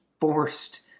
forced